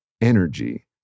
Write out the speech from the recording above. energy